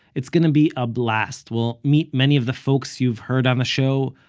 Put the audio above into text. it's going to be a blast we'll meet many of the folks you've heard on the show,